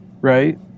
right